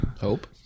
hope